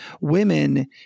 women